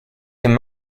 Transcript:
dem